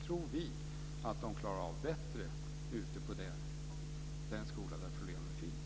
Det tror vi att de klarar av bättre på den skola där problemen finns.